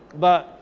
but,